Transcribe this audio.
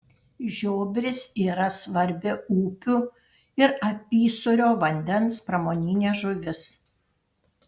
žiobris yra svarbi upių ir apysūrio vandens pramoninė žuvis